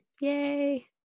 Yay